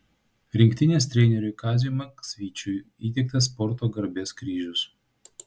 rinktinės treneriui kaziui maksvyčiui įteiktas sporto garbės kryžius